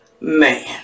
man